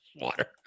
water